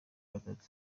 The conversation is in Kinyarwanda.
batatu